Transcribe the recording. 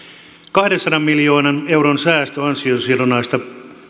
kahdensadan miljoonan euron säästö ansiosidonnaisesta